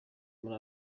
muri